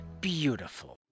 beautiful